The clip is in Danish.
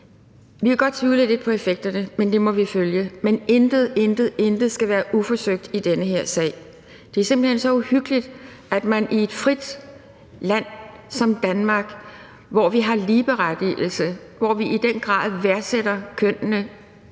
Vi kan godt tvivle lidt på effekterne, men det må vi følge. Men intet, intet, intet skal være uforsøgt i den her sag. Det er simpelt hen så uhyggeligt, at det i et frit land som Danmark, hvor vi har ligeberettigelse, og hvor vi i den grad værdsætter kønnene